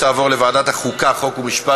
לוועדת החוקה, חוק ומשפט